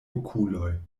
okuloj